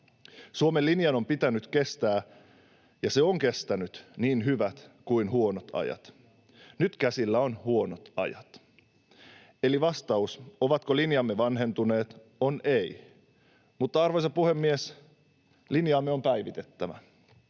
Suomen linjan on pitänyt kestää, ja se on kestänyt niin hyvät kuin huonot ajat. Nyt käsillä ovat huonot ajat. Eli vastaus siihen, ovatko linjamme vanhentuneet, on ei. Arvoisa puhemies! Linjaamme on päivitettävä.